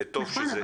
וטוב שזה כך.